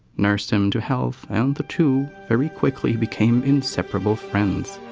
nursed him to health and the two, very quickly, became inseparable friends.